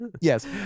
Yes